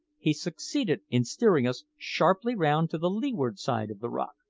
he succeeded in steering us sharply round to the leeward side of the rock,